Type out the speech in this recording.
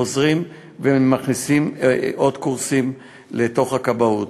חוזרים ומכניסים עוד קורסים לתוך הכבאות.